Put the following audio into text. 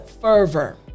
fervor